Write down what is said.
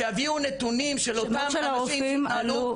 שיביאו נתונים של אותם אנשים -- שמות של הרופאים עלו.